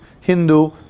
Hindu